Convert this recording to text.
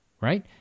Right